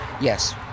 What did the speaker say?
Yes